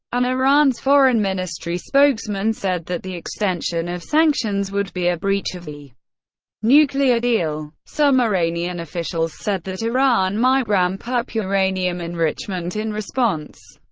and iran's foreign ministry spokesman said that the extension of sanctions would be a breach of the nuclear deal. some iranian officials said that iran might ramp up uranium enrichment in response.